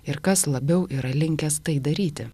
ir kas labiau yra linkęs tai daryti